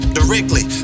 directly